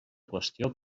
qüestió